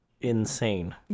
insane